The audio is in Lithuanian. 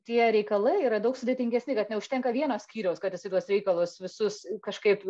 tie reikalai yra daug sudėtingesni kad neužtenka vieno skyriaus kad jis į tuos reikalus visus kažkaip